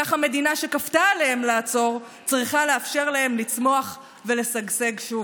כך המדינה שכפתה עליהם לעצור צריכה לאפשר להם לצמוח ולשגשג שוב.